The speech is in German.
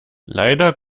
leider